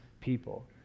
people